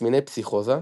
תסמיני פסיכוזה,